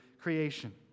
creation